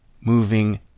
moving